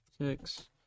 Six